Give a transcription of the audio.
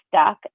stuck